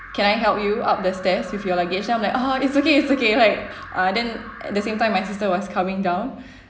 can I help you up the stairs with your luggage then I'm like uh it's okay it's okay alright uh then at the same time my sister was coming down